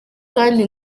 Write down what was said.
kandi